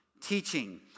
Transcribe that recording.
teaching